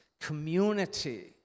community